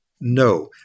No